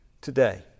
today